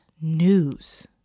news